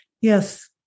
Yes